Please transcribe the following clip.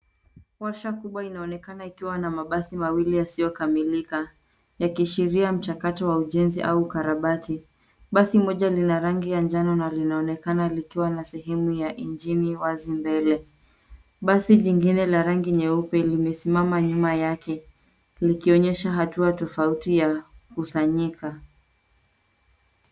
Washa kubwa inaonekana kuwa na mabasi mawili yasiyokamilika yakiashiria mchakato wa ujenzi au ukarabati .Basi moja linarangi ya njano na linaonekana likiwa na sehemu ya engine wazi mbele .Basi jingine la rangi nyeupe limesimama nyuma yake likionyesha hatua tofauti ya kukusanyika.